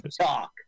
talk